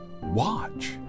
Watch